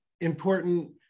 important